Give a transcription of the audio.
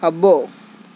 అబ్బో